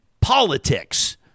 politics